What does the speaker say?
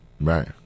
Right